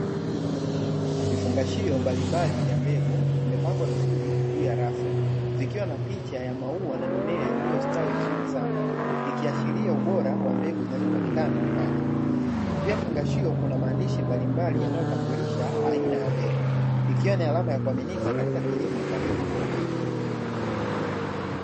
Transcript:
Vifungashio mbalimbali vya mbegu vimepangwa vizuri juu ya rafu, vikiwa na picha ya maua na mimea iliyostawi vizuri sana, ikiashiria ubora wa mbegu zinazopatikana ndani . Juu ya vifungashio kuna maandishi mbalimbali yanayotambulisha aina ya mbegu, ikiwa ni alama ya kuaminika katika kilimo cha mbegu bora.